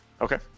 Okay